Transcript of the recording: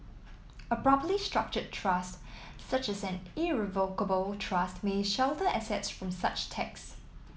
a properly structured trust such as an irrevocable trust may shelter assets from such tax